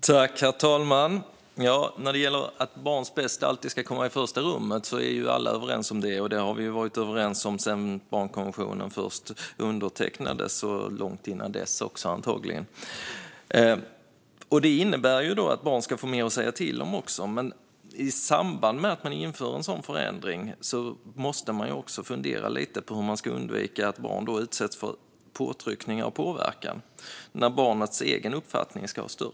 Herr talman! Att barns bästa alltid ska komma i första rummet är alla överens om. Det har vi varit överens om sedan barnkonventionen undertecknades, och antagligen långt innan dess. Det innebär att barn också ska få mer att säga till om. Men i samband med att man inför en sådan förändring om att barnets egen uppfattning ska ha större påverkan måste man också fundera lite grann på hur man ska undvika att barn då utsätts för påtryckningar och påverkan.